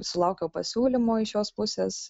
sulaukiau pasiūlymo iš jos pusės